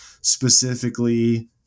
specifically